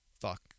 fuck